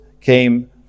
came